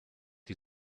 die